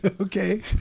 Okay